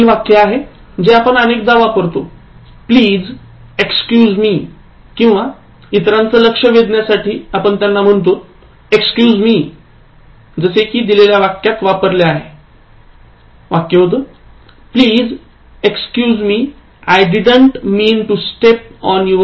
पुढील वाक्य आहे जे आपण अनेकदा वापरतो Please excuse me किंवा इतरांचं लक्ष वेधण्यासाठी आपण त्यांना म्हणतो excuse meजसे कि दिलेल्या वाक्यात वापरले आहे Please excuse me I didn't mean to step on your shoes